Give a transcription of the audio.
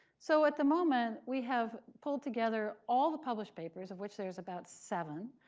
so at the moment, we have pulled together all the published papers, of which there's about seven.